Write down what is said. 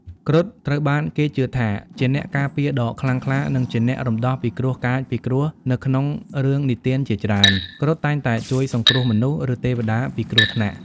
គ្រុឌត្រូវបានគេជឿថាជាអ្នកការពារដ៏ខ្លាំងក្លា និងជាអ្នករំដោះពីគ្រោះកាចពីព្រោះនៅក្នុងរឿងនិទានជាច្រើន គ្រុឌតែងតែជួយសង្គ្រោះមនុស្ស ឬទេវតាពីគ្រោះថ្នាក់។